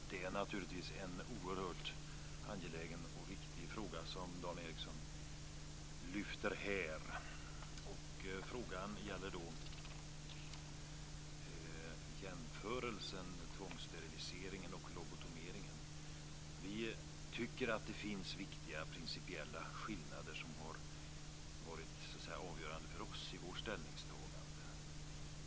Fru talman! Det är naturligtvis en oerhört angelägen och viktig fråga som Dan Ericsson lyfter fram. Det gäller en jämförelse mellan tvångssterilisering och lobotomering. Vi tycker att det finns viktiga principiella skillnader som har varit avgörande för vårt ställningstagande.